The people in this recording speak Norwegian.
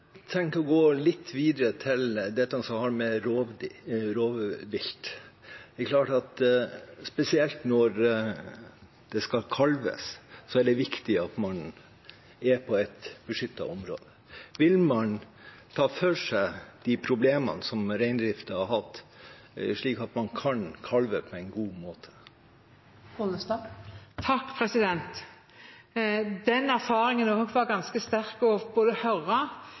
å gå litt videre, til det som har med rovvilt å gjøre. Spesielt når det skal kalves, er det viktig at man er på et beskyttet område. Vil man ta for seg de problemene som reindriften har hatt, slik at kalving kan skje på en god måte? Dette var det også ganske sterkt å høre om: Man har rein innenfor gjerdet, ørnen sitter ytterst på fjellkanten og